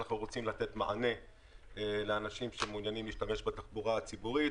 אנחנו רוצים לתת מענה לאנשים שמעוניינים להשתמש בתחבורה הציבורית,